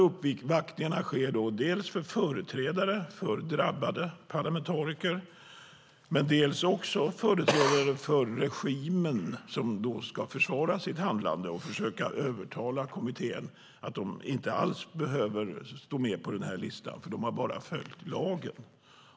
Uppvaktningarna sker dels av företrädare för drabbade parlamentariker, dels av företrädare för regimen som ska försvara sitt handlande och försöka övertala kommittén om att de inte alls behöver stå med på listan eftersom de bara följt lagen.